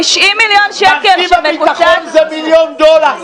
--- מרכיב הביטחון זה מיליון דולר,